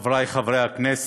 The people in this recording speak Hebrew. חבריי חברי הכנסת,